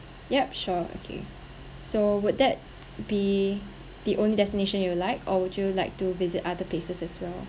yup sure okay so would that be the only destination you'd like or would you like to visit other places as well